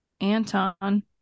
Anton